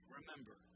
remember